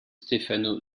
stefano